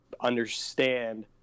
understand